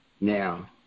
now